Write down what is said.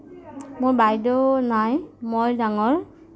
মোৰ বাইদেউ নাই মই ডাঙৰ